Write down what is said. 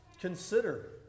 consider